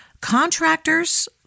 contractors